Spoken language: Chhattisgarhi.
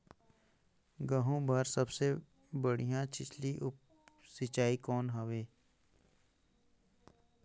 गहूं बर सबले बढ़िया सिंचाई कौन हवय?